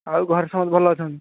ଆଉ ଘରେ ସମସ୍ତେ ଭଲ ଅଛନ୍ତି